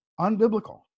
Unbiblical